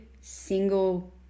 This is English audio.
single